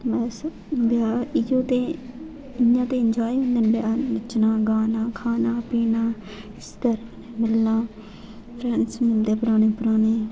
बस ब्याह् इ'यो ते इ'यां ते एन्जॉय होंदे ब्याह् नच्चना गाना खाना पीना रिश्तेदार कन्नै मिलना फ्रेंड्स मिलदे पराने पराने